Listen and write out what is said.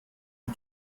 die